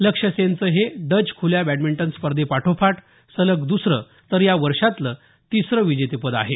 लक्ष्य सेनचं हे डच खुल्या बॅडमिंटन स्पर्धेपाठोपाठ सलग दुसरं तर या वर्षातलं तिसरं विजेतेपद आहे